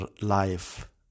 life